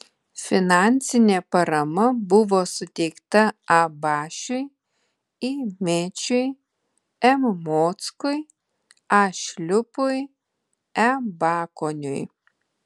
finansinė parama buvo suteikta a bašiui i mėčiui m mockui a šliupui e bakoniui